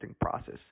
process